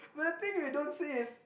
but the thing we don't see is